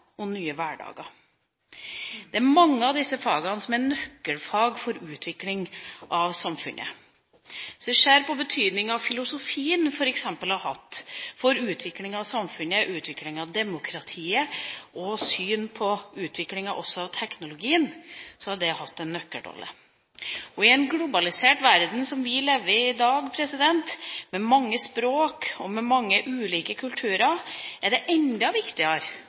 og nye hverdager. Det er mange av disse fagene som er nøkkelfag for utvikling av samfunnet. Hvis vi ser på den betydninga f.eks. filosofien har hatt for utviklinga av samfunnet, utviklinga av demokratiet og utviklinga også av teknologien, har den hatt en nøkkelrolle. I en globalisert verden som vi lever i i dag, med mange språk og med mange ulike kulturer, er det enda viktigere